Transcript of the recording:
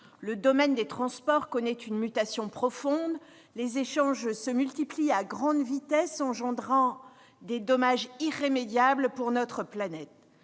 le domaine des transports connaît une mutation profonde, les échanges se multiplient à grande vitesse, engendrant des dommages irrémédiables pour notre planète,